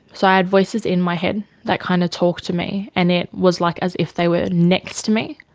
so i heard voices in my head that kind of talked to me and it was like as if they were next to me,